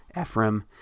Ephraim